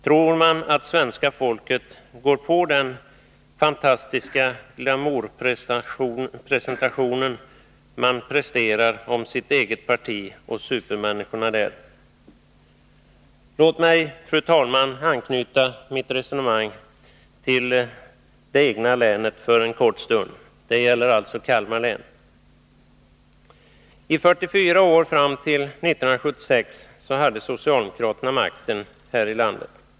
Tror man att svenska folket går på den fantastiska glamourpresentation man presterar om sitt eget parti och supermänniskorna där? Låt mig, fru talman, anknyta mitt resonemang till mitt eget län för en kort stund. Det gäller alltså Kalmar län. I 44 år, fram till 1976, hade socialdemokraterna makten här i landet.